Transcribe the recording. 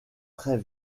très